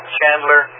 Chandler